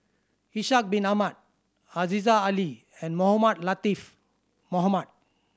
Ishak Bin Ahmad Aziza Ali and Mohamed Latiff Mohamed